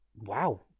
wow